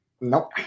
nope